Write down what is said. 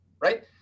right